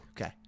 Okay